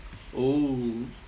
oh